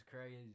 crazy